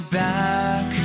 back